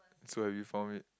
so have you found it